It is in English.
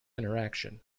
interaction